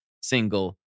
single